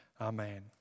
Amen